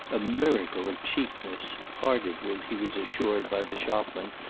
a miracle of cheapness, parted with, he was assured by the shopman,